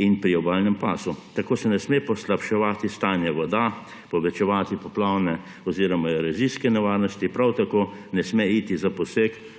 in priobalnem pasu. Tako se ne sme poslabševati stanje voda, povečevati poplavna oziroma erozijska nevarnost, prav tako ne sme iti za poseg